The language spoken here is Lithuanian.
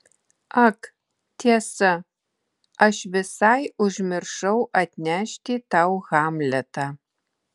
ak tiesa aš visai užmiršau atnešti tau hamletą